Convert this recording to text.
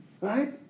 Right